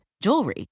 jewelry